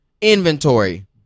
inventory